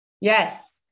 Yes